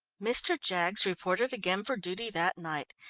mr. jaggs reported again for duty that night.